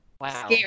wow